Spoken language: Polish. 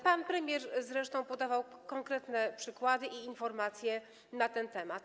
Pan premier zresztą podawał konkretne przykłady i informacje na ten temat.